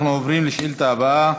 אנחנו עוברים לשאילתה הבאה,